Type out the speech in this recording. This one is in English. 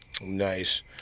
Nice